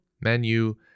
menu